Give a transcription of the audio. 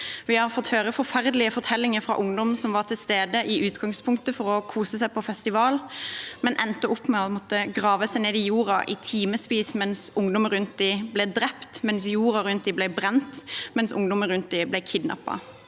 Vi har fått høre forferdelige fortellinger fra ungdommer som i utgangspunktet var til stede for å kose seg på festival, men som endte med å måtte grave seg ned i jorda i timevis mens ungdommer rundt dem ble drept, mens jorda rundt dem ble brent, og mens ungdommer rundt dem ble kidnappet.